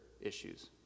issues